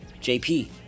JP